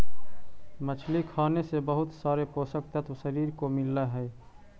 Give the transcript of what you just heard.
मछली खाने से बहुत सारे पोषक तत्व शरीर को मिलअ हई